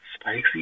spicy